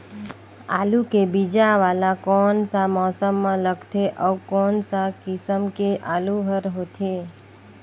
आलू के बीजा वाला कोन सा मौसम म लगथे अउ कोन सा किसम के आलू हर होथे?